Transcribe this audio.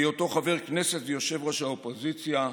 בהיותו חבר כנסת ויושב-ראש האופוזיציה,